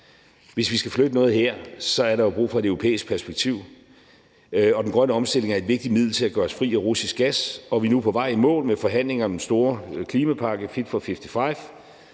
Hvis vi skal flytte noget her, er der brug for et europæisk perspektiv, og den grønne omstilling er et vigtigt middel til at gøre os fri af russisk gas. Vi er nu på vej i mål med forhandlinger om den store klimapakke »Fit for 55«,